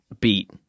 beat